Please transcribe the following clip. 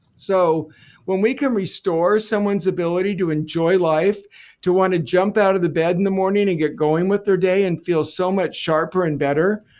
so when we can restore someone's ability to enjoy life to want to jump out of bed in the morning and get going with their day and feel so much sharper and better,